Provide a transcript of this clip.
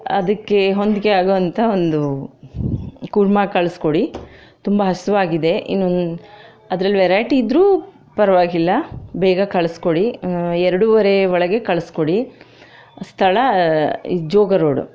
ಅದಕ್ಕೆ ಹೊಂದಿಕೆ ಆಗೋಂಥ ಒಂದು ಕುರ್ಮ ಕಳಿಸ್ಕೊಡಿ ತುಂಬ ಹಸಿವಾಗಿದೆ ಇನ್ನು ಅದರಲ್ಲಿ ವೆರೈಟಿ ಇದ್ರೂ ಪರ್ವಾಗಿಲ್ಲ ಬೇಗ ಕಳಿಸ್ಕೊಡಿ ಎರಡೂವರೆ ಒಳಗೆ ಕಳಿಸ್ಕೊಡಿ ಸ್ಥಳ ಜೋಗ ರೋಡು